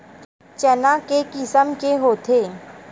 चना के किसम के होथे?